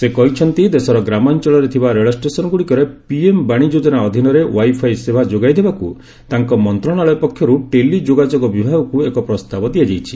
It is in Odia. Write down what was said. ସେ କହିଛନ୍ତି ଦେଶର ଗ୍ରାମାଞ୍ଚଳରେ ଥିବା ରେଲଷ୍ଟେସନଗୁଡିକରେ ପିଏମ ବାଣୀ ଯୋଜନା ଅଧୀନରେ ୱାଇ ଫାଇ ସେବା ଯୋଗାଇଦେବାକୁ ତାଙ୍କ ମନ୍ତ୍ରଶାଳୟ ପକ୍ଷରୁ ଟେଲି ଯୋଗାଯୋଗ ବିଭାଗକୁ ଏକ ପ୍ରସ୍ତାବ ଦିଆଯାଇଛି